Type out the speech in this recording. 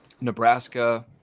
Nebraska